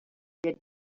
did